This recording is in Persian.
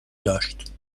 داشت